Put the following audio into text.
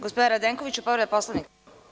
Gospodine Radenkoviću, povreda Poslovnika?